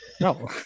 No